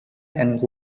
and